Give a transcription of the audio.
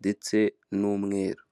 ndetse n'umweru.